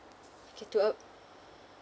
okay to uh